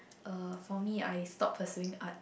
uh for me I stop pursuing Art